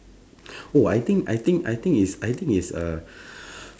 I think I think I think it's I think it's uh